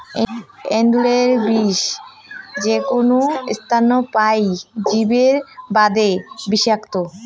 এন্দুরের বিষ যেকুনো স্তন্যপায়ী জীবের বাদে বিষাক্ত,